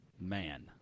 man